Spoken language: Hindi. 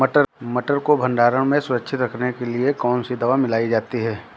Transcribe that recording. मटर को भंडारण में सुरक्षित रखने के लिए कौन सी दवा मिलाई जाती है?